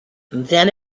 then